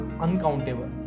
uncountable